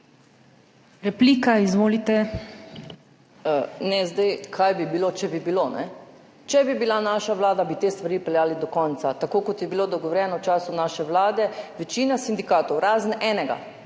(PS SDS):** Ne zdaj, kaj bi bilo, če bi bilo. Ne. Če bi bila naša vlada, bi te stvari peljali do konca, tako kot je bilo dogovorjeno v času naše vlade. Večina sindikatov, razen enega,